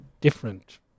different